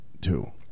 two